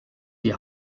die